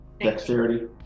dexterity